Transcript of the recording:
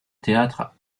théâtre